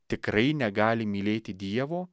tikrai negali mylėti dievo